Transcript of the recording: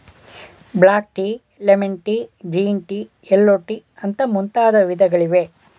block tea, lemon tea, green tea, yellow tea ಅಂತ ಮುಂತಾದ ವಿಧಗಳಿವೆ